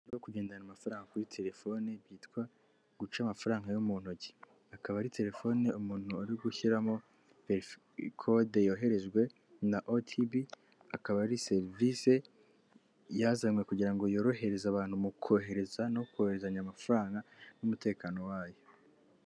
Mbere yo kugendana amafaranga kuri telefone byitwa guca amafaranga yo mu ntoki akaba ari telefone umuntu uri gushyiramo kode yoherejwe na Otibi akaba ari serivisi yazanywe kugira ngo yorohereze abantu mu kohereza no kohezanya amafaranga n'umutekano wayo.